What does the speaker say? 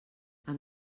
amb